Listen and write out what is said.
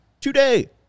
today